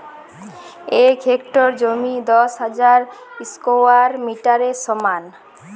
এক হেক্টর জমি দশ হাজার স্কোয়ার মিটারের সমান